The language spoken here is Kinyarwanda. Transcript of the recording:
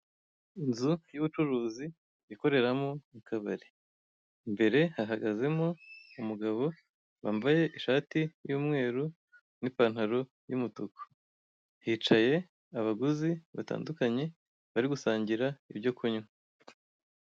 Inzu y'ubucuruzi ikoreramo akabari imbere hahagazemo umugabo wambaye ishati y'umweru n'ipantaro y'umutuku. Hicaye abaguzi batandukanye bari gusangira ibyo kunywa.